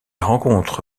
rencontre